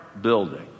building